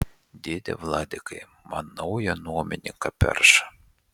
dėde vladikai man naują nuomininką perša